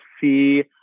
see